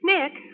Nick